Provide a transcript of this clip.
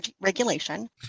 Regulation